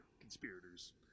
conspirators